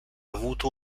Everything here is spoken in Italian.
avuto